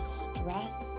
stress